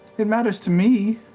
it matters to me.